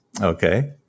Okay